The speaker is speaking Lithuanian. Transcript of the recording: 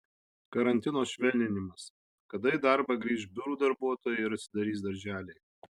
karantino švelninimas kada į darbą grįš biurų darbuotojai ir atsidarys darželiai